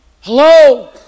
Hello